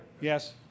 Yes